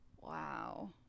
wow